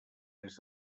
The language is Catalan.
més